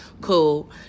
Cool